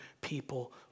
people